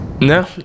no